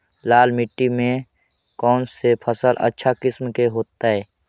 लाल मिट्टी में कौन से फसल अच्छा किस्म के होतै?